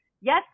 Yes